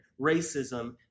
racism